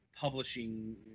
publishing